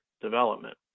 development